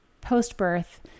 post-birth